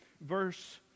verse